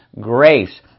grace